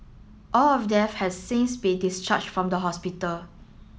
all of them have since been discharged from the hospital